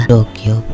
Tokyo